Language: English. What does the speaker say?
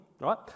right